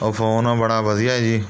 ਉਹ ਫ਼ੋਨ ਬੜਾ ਵਧੀਆ ਜੀ